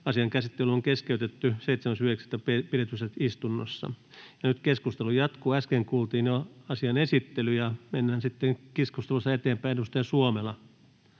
Asian käsittely on keskeytetty 7.9. pidetyssä istunnossa. Nyt keskustelu jatkuu. Äsken kuultiin jo asian esittely, ja mennään sitten keskustelussa eteenpäin. — Edustaja Suomela